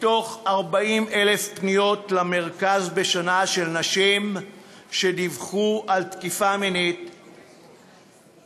מתוך 40,000 פניות בשנה של נשים שדיווחו על תקיפה מינית למרכז,